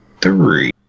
Three